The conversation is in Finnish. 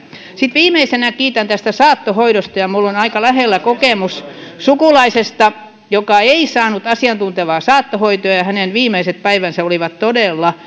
sitten viimeisenä kiitän tästä saattohoidosta minulla on aika lähellä kokemus sukulaisesta joka ei saanut asiantuntevaa saattohoitoa ja hänen viimeiset päivänsä olivat todella